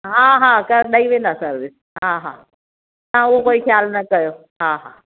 हा हा ॾेई वेंदा सर्विस हा हा तव्हां उहो कोई ख़यालु न कयो हा हा